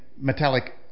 metallic